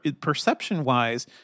perception-wise